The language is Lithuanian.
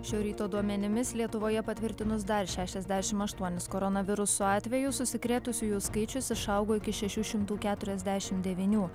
šio ryto duomenimis lietuvoje patvirtinus dar šešiasdešimt aštuonis koronaviruso atvejus užsikrėtusiųjų skaičius išaugo iki šešių šimtų keturiasdešimt devynių